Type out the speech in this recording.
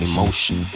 Emotion